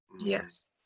Yes